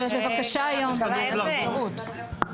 תהיה לנו עוד שעה אחת כדי שנוכל לעבור על הכול.